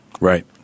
Right